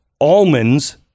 almonds